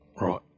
Right